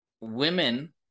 women